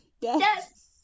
yes